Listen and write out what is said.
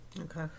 okay